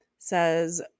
says